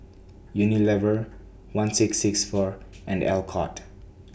Unilever one six six four and Alcott